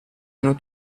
hanno